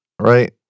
Right